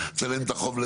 תשלם את החוב לעירייה,